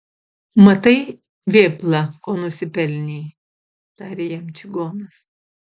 matai vėpla ko nusipelnei tarė jam čigonas